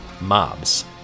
mobs